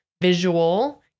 visual